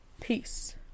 Peace